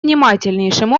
внимательнейшим